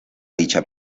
dicha